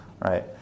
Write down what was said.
Right